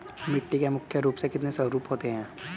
मिट्टी के मुख्य रूप से कितने स्वरूप होते हैं?